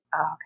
okay